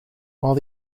while